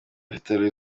vital’o